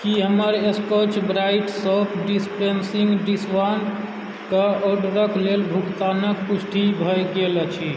की हमर Scotch Brite soap dispensing dishwand कऽ order क लेल भुगतानक पुष्टि भए गेल अछि